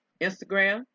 Instagram